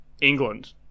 england